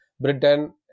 Britain